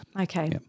okay